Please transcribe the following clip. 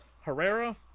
Herrera